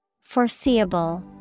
Foreseeable